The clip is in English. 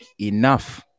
enough